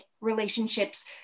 relationships